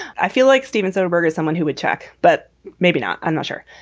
i feel like steven soderbergh is someone who would check, but maybe not. i'm not sure.